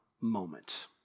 moment